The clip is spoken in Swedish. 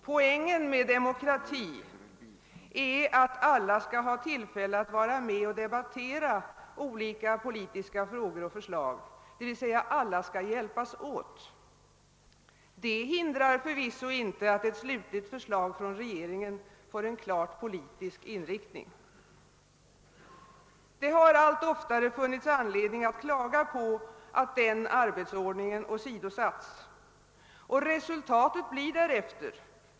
Poängen med demokrati är att alla skall ha tillfälle att vara med och debattera olika politiska frågor och förslag, d.v.s. att alla skall hjälpas åt. Det hindrar förvisso inte att ett slutligt förslag från regeringen får en klart politisk inriktning. Det har allt oftare funnits anledning att klaga på att denna arbetsordning åsidosatts, och resultatet blir därefter.